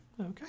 Okay